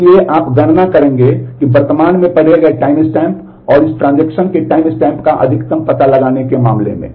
इसलिए आप गणना करेंगे कि वर्तमान में पढ़े गए टाइमस्टैम्प और इस ट्रांजेक्शन के टाइमस्टैम्प का अधिकतम पता लगाने के मामले में